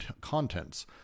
contents